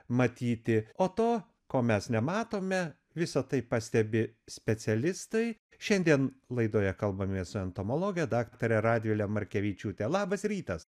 matyti o to ko mes nematome visą tai pastebi specialistai šiandien laidoje kalbamės su entomologe daktare radvile markevičiūte labas rytas